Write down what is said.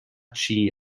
chi